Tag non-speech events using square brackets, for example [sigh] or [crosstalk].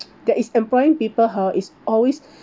[noise] that is employing people hor is always